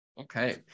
Okay